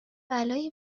بلایی